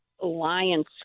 Alliance